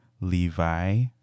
Levi